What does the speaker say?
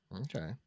Okay